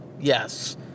Yes